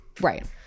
right